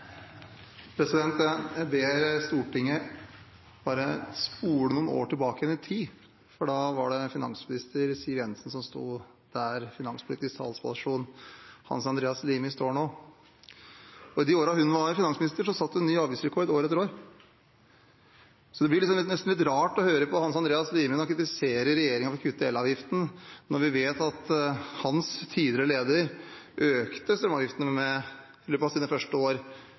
Jeg ber Stortinget bare spole noen år tilbake i tid, for da var det finansminister Siv Jensen som sto der finanspolitisk talsperson Hans Andreas Limi står nå. I de årene hun var finansminister, satte hun ny avgiftsrekord år etter år, så det blir nesten litt rart å høre på Hans Andreas Limi når han kritiserer regjeringen for å kutte i elavgiften, når vi vet at hans tidligere leder økte strømavgiftene i løpet av sine første år